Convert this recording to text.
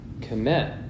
commit